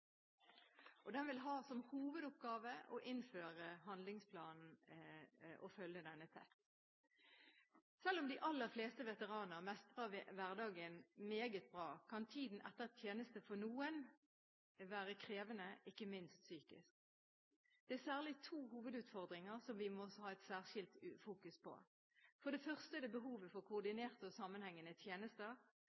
Den vil ha som hovedoppgave å innføre handlingsplanen og følge denne tett. Selv om de aller fleste veteraner mestrer hverdagen meget bra, kan tiden etter tjeneste være krevende for noen, ikke minst psykisk. Det er særlig to hovedutfordringer som vi må ha et særskilt fokus på. For det første er det behovet for koordinerte og sammenhengende tjenester,